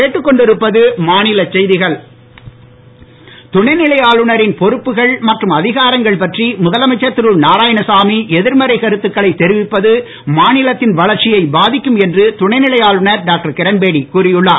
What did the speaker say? இரணபேடி துணை நிலை ஆளுநரின் பொறுப்புகள் மற்றும் அதிகாரங்கள் பற்றி முதலமைச்சர் திரு நாராயணசாமி எதிர்மறைக் கருத்துக்களை தெரிவிப்பது மாநிலத்தின் வளர்ச்சியை பாதிக்கும் என்று துணை நிலை ஆளுநர் டாக்டர் விரண்பேடி கூறி உள்ளார்